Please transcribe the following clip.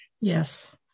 Yes